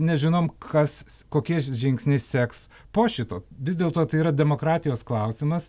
nežinom kas kokie žingsniai seks po šito vis dėlto tai yra demokratijos klausimas